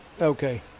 Okay